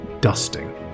dusting